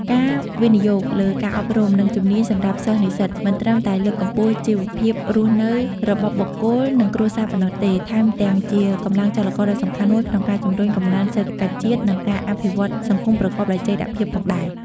ការវិនិយោគលើការអប់រំ និងជំនាញសម្រាប់សិស្សនិស្សិត មិនត្រឹមតែលើកកម្ពស់ជីវភាពរស់នៅរបស់បុគ្គល និងគ្រួសារប៉ុណ្ណោះទេ ថែមទាំងជាកម្លាំងចលករដ៏សំខាន់មួយក្នុងការជំរុញកំណើនសេដ្ឋកិច្ចជាតិ និងការអភិវឌ្ឍសង្គមប្រកបដោយចីរភាពផងដែរ។